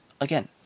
again